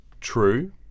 true